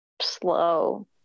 slow